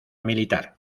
militar